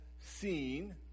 seen